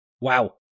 Wow